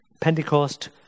Pentecost